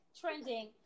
Trending